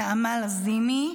נעמה לזימי,